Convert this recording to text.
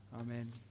Amen